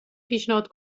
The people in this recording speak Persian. پیشنهاد